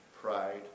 Pride